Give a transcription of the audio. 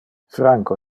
franco